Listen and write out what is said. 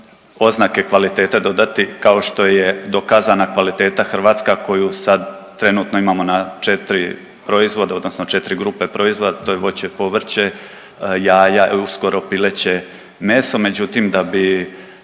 oznake kvalitete dodati kao što je dokazana kvaliteta hrvatska koju sad trenutno imamo na 4 proizvoda odnosno 4 grupe proizvoda, a to je voće, povrće, jaja i uskoro pileće meso. Međutim da bi